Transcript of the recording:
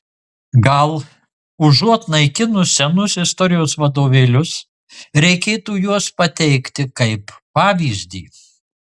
gal užuot naikinus senus istorijos vadovėlius reikėtų juos pateikti kaip pavyzdį